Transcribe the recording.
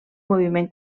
moviment